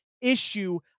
issue